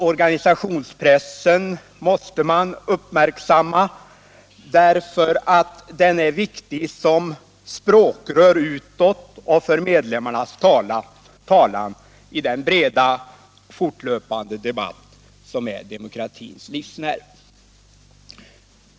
Organisationspressen måste uppmärksammas, därför att den är betydelsefull som språkrör utåt och för medlemmarnas talan i den breda, fortlöpande debatt som är demokratins livsnerv.